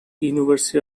university